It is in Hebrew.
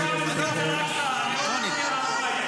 יש שם את מסגד אל-אקצא, אני לא מכיר הר הבית.